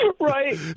Right